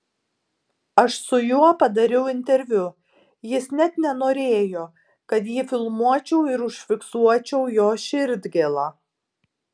aš su juo padariau interviu jis net norėjo kad jį filmuočiau ir užfiksuočiau jo širdgėlą